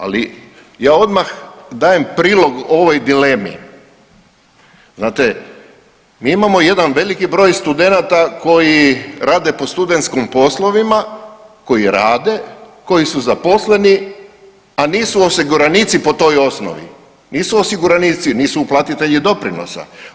Ali ja odmah dajem prilog ovoj dilemi, znate mi imamo jedan veliki broj studenata koji rade po studentskim poslovima, koji rade, koji su zaposleni, a nisu osiguranici po toj osnovi, nisu osiguranici, nisu uplatitelji doprinosa.